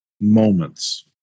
moments